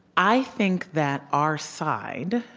i think that our side,